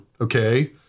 Okay